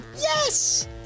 yes